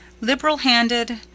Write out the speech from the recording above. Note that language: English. Liberal-handed